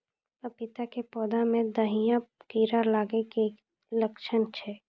पपीता के पौधा मे दहिया कीड़ा लागे के की लक्छण छै?